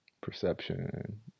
Perception